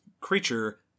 creature